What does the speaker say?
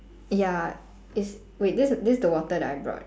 ya it's wait this is this is the water that I brought